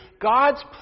God's